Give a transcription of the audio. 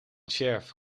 sheriff